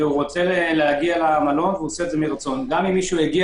והוא רוצה להגיע למלון גם אם מישהו הגיע